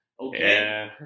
Okay